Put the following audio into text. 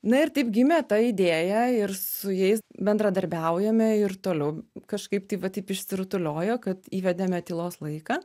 na ir taip gimė ta idėja ir su jais bendradarbiaujame ir toliau kažkaip tai va taip išsirutuliojo kad įvedėme tylos laiką